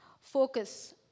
focus